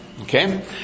Okay